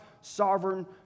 sovereign